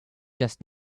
just